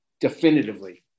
definitively